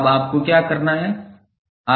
अब आपको क्या करना है